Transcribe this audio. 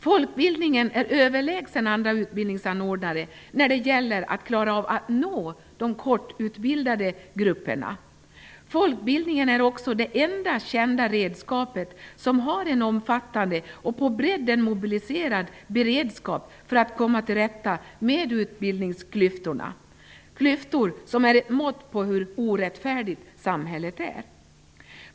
Folkbildningen är överlägsen andra utbildningsanordnare när det gäller att nå de kortutbildade grupperna. Folkbildningen är också det enda kända redskapet med omfattande och på bredden mobiliserad beredskap för att komma till rätta med utbildningsklyftorna -- klyftor som är ett mått på hur orättfärdigt samhället är.